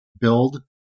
build